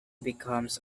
becomes